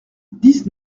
dix